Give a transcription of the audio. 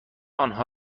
آنها